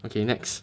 okay next